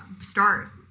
start